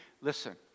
Listen